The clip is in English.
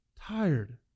tired